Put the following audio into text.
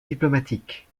diplomatiques